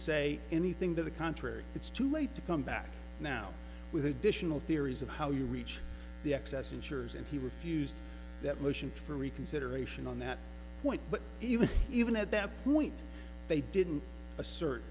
say anything to the contrary it's too late to come back now with additional theories of how you reach the excess insurers and he refused that motion for reconsideration on that point but even even at that point they didn't assert